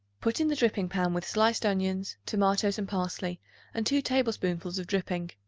put in the dripping-pan with sliced onions, tomatoes and parsley and two tablespoonfuls of dripping.